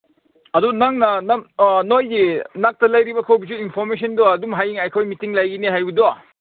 ꯑꯗꯨ ꯅꯪꯅ ꯅꯪ ꯅꯣꯏꯒꯤ ꯅꯥꯛꯇ ꯂꯩꯔꯤꯕ ꯈꯣꯏꯕꯨꯁꯨ ꯏꯟꯐꯣꯔꯃꯦꯁꯟꯗꯨ ꯑꯗꯨꯝ ꯍꯌꯦꯡ ꯑꯩꯈꯣꯏ ꯃꯤꯠꯇꯤꯡ ꯂꯩꯒꯅꯤ ꯍꯥꯏꯕꯗꯨ